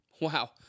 Wow